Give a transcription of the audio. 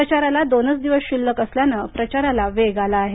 प्रचाराला दोनच दिवस शिल्लक असल्यानं प्रचाराला वेग आला आहे